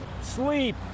sleep